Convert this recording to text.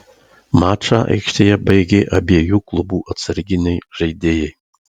mačą aikštėje baigė abiejų klubų atsarginiai žaidėjai